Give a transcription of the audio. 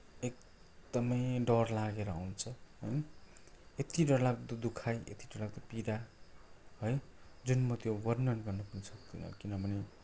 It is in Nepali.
एकदमै डर लागेर आउँछ है यति डरलाग्दो दुखाइ यति डरलाग्दो पीडा है जुन म त्यो वर्णन गर्न पनि सक्दिनँ किनभने